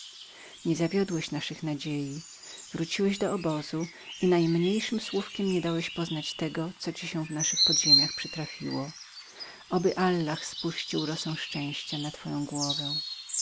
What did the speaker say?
nie zawiodłeś naszych nadziei wróciłeś do obozu i najmniejszem słówkiem nie dałeś poznać tego co ci się w naszych podziemiach przytrafiło oby allah spuścił rosę szczęścia na twoją głowę